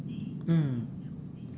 mm